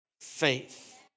faith